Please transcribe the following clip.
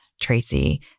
Tracy